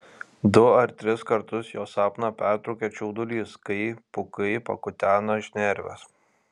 du ar tris kartus jo sapną pertraukia čiaudulys kai pūkai pakutena šnerves